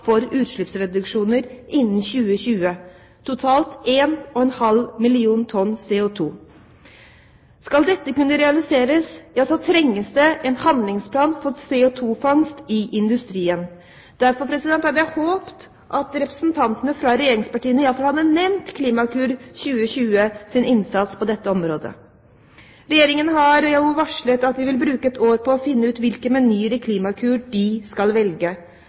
for utslippsreduksjoner innen 2020 – totalt 1,5 mill. tonn CO2. Skal dette kunne realiseres, trengs det en handlingsplan for CO2-fangst i industrien. Derfor hadde jeg håpet at representantene fra regjeringspartiene i alle fall hadde nevnt Klimakur 2020s innsats på dette området. Regjeringen har jo varslet at de vil bruke ett år på å finne ut hvilke menyer i Klimakur de skal velge.